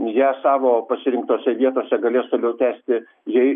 jie savo pasirinktose vietose galės toliau tęsti jei